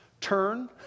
Turn